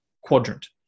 quadrant